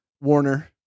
Warner